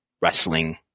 wrestling